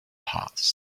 past